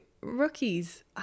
rookies